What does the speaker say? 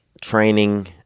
Training